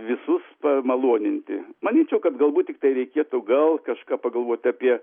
visus pamaloninti manyčiau kad galbūt tiktai reikėtų gal kažką pagalvoti apie